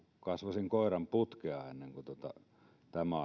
kasvaisin koiranputkea ennen kuin tämä